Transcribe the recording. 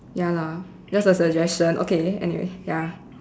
ya lah just a suggestion okay anyway ya